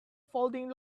folding